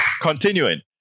Continuing